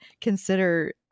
consider